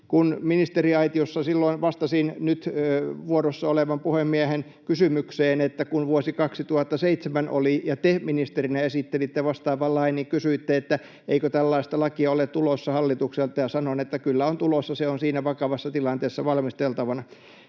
Kun ministeriaitiossa silloin vastasin nyt vuorossa olevan puhemiehen kysymykseen, että kun oli vuosi 2007, te ministerinä esittelitte vastaavan lain, eikö tällaista lakia ole tulossa hallitukselta, sanoin, että kyllä on tulossa. Se oli siinä vakavassa tilanteessa valmisteltavana.